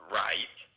right